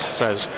says